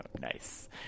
Nice